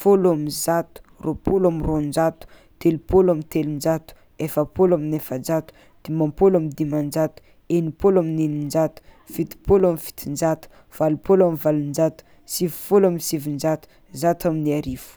fôlo ambizato, rôpolo amy roanjato, telopolo amy telonjato, efapolo amy efajato, dimampôlo amy dimanjato, enimpôlo amy eninjato, fitopôlo amy fitonjato, valopôlo amby valonjato, sivifôlo amy sivanjato, zato amin'ny arivo.